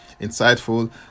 insightful